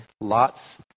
lots